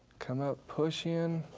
come up, push in.